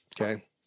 okay